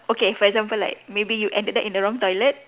okay for example like maybe you ended up in the wrong toilet